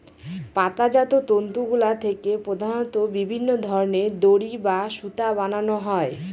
পাতাজাত তন্তুগুলা থেকে প্রধানত বিভিন্ন ধরনের দড়ি বা সুতা বানানো হয়